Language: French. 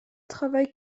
travaille